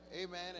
Amen